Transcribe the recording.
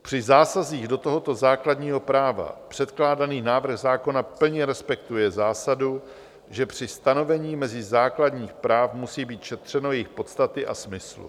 Při zásazích do tohoto základního práva předkládaný návrh zákona plně respektuje zásadu, že při stanovení mezí základních práv musí být šetřeno jejich podstaty a smyslu.